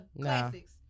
classics